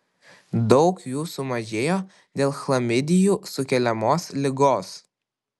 daug jų sumažėjo dėl chlamidijų sukeliamos ligos